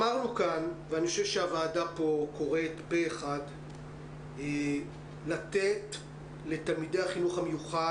הוועדה קוראת פה אחד לתת לתלמידי החינוך המיוחד